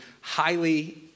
highly